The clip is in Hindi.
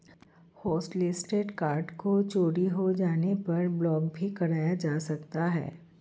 होस्टलिस्टेड कार्ड को चोरी हो जाने पर ब्लॉक भी कराया जा सकता है